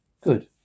Good